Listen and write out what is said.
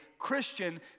Christian